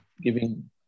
giving